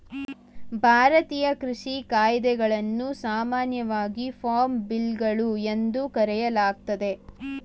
ಭಾರತೀಯ ಕೃಷಿ ಕಾಯಿದೆಗಳನ್ನು ಸಾಮಾನ್ಯವಾಗಿ ಫಾರ್ಮ್ ಬಿಲ್ಗಳು ಎಂದು ಕರೆಯಲಾಗ್ತದೆ